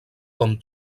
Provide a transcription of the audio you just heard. com